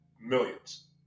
millions